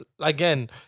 Again